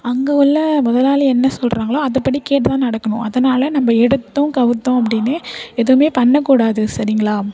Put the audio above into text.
அங்கே உள்ள முதலாளி என்ன சொல்கிறாங்களோ அதுபடி கேட்டுத்தான் நடக்கணும் அதனால் நம்ம எடுத்தோம் கவுழ்த்தோம் அப்படின்னு எதுவுமே பண்ணக்கூடாது சரிங்களா